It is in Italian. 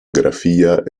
grafia